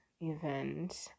event